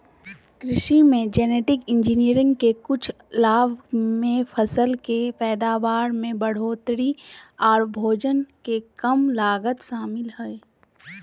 कृषि मे genetic engineering के कुछ लाभ मे फसल के पैदावार में बढ़ोतरी आर भोजन के कम लागत शामिल हय